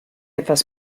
etwas